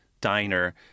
diner